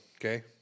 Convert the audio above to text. okay